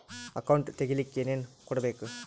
Account ತೆಗಿಲಿಕ್ಕೆ ಏನೇನು ಕೊಡಬೇಕು?